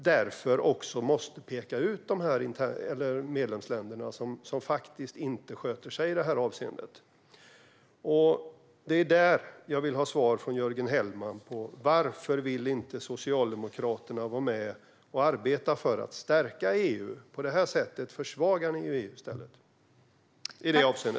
Därför måste man också peka ut de medlemsländer som faktiskt inte sköter sig i detta avseende. Det är där jag vill ha svar från Jörgen Hellman. Varför vill inte Socialdemokraterna vara med och arbeta för att stärka EU? På det här sättet försvagar ni i stället EU i detta avseende.